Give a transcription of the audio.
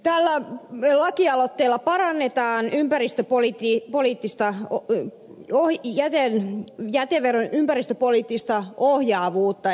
tällä lakialoitteella parannetaan jäteveron ympäristöpoliittista ohjaavuutta